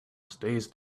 stays